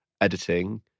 editing